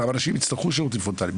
אנשים יצטרכו שירותים פרונטליים,